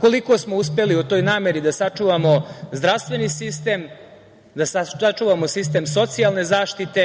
Koliko smo uspeli u toj nameri da sačuvamo zdravstveni sistem, da sačuvamo sistem socijalne zaštite